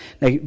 Now